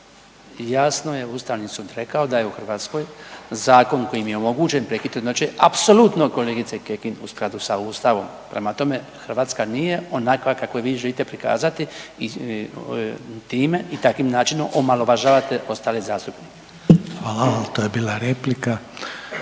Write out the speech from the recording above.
Jasno je Ustavni sud rekao da je u Hrvatskoj zakon kojim je omogućen prekid trudnoće apsolutno kolegice Kekin u skladu sa Ustavom. Prema tome, Hrvatska nije onakva kakvu je vi želite prikazati. Time i takvim načinom omalovažavate ostale zastupnike. **Reiner, Željko